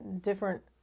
different